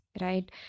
right